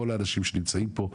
כל האנשים שנמצאים פה,